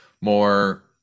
more